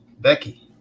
Becky